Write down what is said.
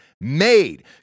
made